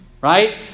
Right